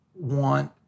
want